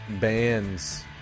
bands